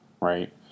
Right